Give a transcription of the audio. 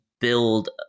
build